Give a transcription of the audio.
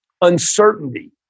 uncertainty